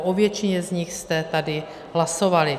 O většině z nich jste tady hlasovali.